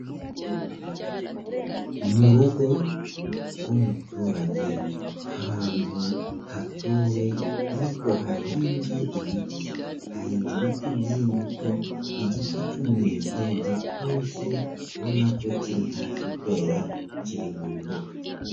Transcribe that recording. Mu rugo rw'umuturage ahantu hatuwe ariko hahinze ibiti, hahinze ibiti by'imbuto igiti cy'umwembe gitoshye ubona ko kiri hafi kwera kiri mu mbuga.